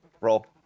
Roll